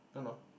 don't know